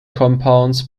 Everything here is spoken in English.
compounds